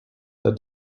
that